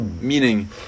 meaning